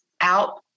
out